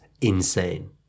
insane